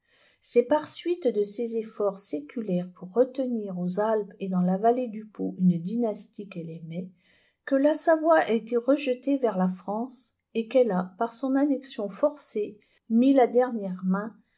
c'est par suite de ses efforts séculaires pour retenir aux alpes et dans la vallée du pô une dynastie qu'elle aimait que la savoie a été rejetée vers la france et qu'elle a par son annexion forcée mis la dernière main